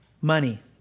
money